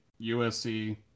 usc